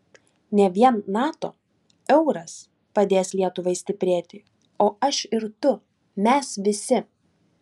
ne vien nato euras padės lietuvai stiprėti o aš ir tu mes visi